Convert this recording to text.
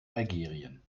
algerien